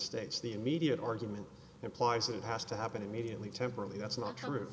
states the immediate argument implies that it has to happen immediately temporally that's not true